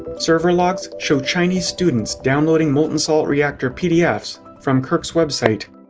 server logs show chinese students downloading molten salt reactor pdfs from kirk's website.